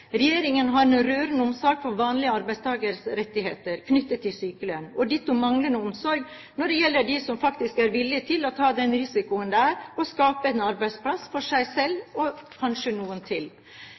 Regjeringen har en rørende omsorg for vanlige arbeidstakeres rettigheter knyttet til sykelønn og en ditto manglende omsorg når det gjelder dem som faktisk er villig til å ta den risikoen det er å skape en arbeidsplass for seg selv